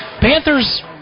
Panthers